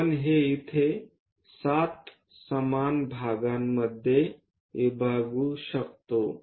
आपण हे इथे 7 समान भागांमध्ये विभागू शकतो